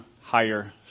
higher